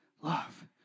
love